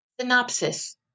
Synopsis